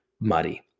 muddy